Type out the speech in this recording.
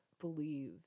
believe